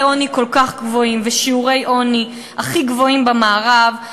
עוני כל כך גבוהים ושיעורי עוני הכי גבוהים במערב,